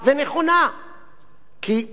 יש כאלה שאומרים,